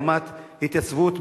לעומת התייצבות